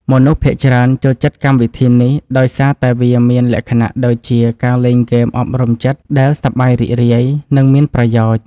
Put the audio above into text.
មនុស្សភាគច្រើនចូលចិត្តកម្មវិធីនេះដោយសារតែវាមានលក្ខណៈដូចជាការលេងហ្គេមអប់រំចិត្តដែលសប្បាយរីករាយ និង មានប្រយោជន៍។